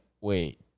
wait